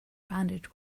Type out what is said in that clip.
bandage